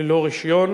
ללא רשיון),